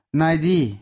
naidi